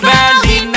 Valley